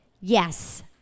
Yes